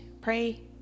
pray